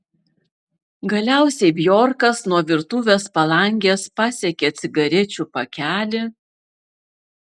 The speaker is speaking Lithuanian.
galiausiai bjorkas nuo virtuvės palangės pasiekė cigarečių pakelį